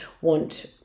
want